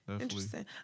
Interesting